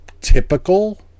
typical